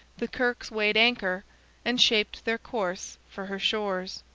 the kirkes weighed anchor and shaped their course for her shores.